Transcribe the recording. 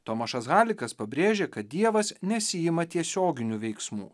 tomašas halikas pabrėžė kad dievas nesiima tiesioginių veiksmų